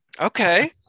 okay